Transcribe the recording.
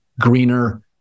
greener